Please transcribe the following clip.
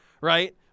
right